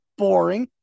boring